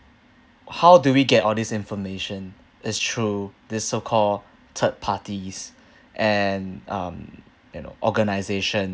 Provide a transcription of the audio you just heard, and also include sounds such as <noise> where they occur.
how do we get all this information it's true these so-called third parties <breath> and um you know organisation